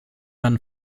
man